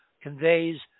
conveys